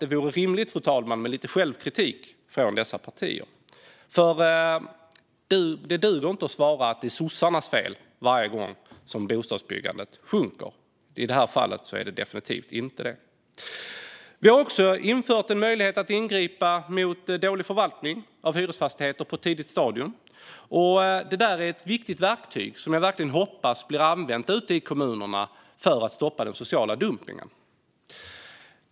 Det vore därför rimligt med lite självkritik från dessa partier, för det duger inte att säga att det är sossarnas fel varje gång bostadsbyggandet sjunker. I detta fall är det definitivt inte det. Vi har också infört en möjlighet att på ett tidigt stadium ingripa mot dålig förvaltning av hyresfastigheter. Det är ett viktigt verktyg som jag verkligen hoppas används i kommunerna för att stoppa den sociala dumpningen.